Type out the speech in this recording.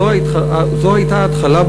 זו הייתה ההתחלה,